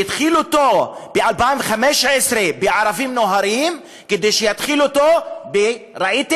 שהתחיל אותו ב-2015 ב"ערבים נוהרים" כדי שיתחיל אותו ב"ראיתם?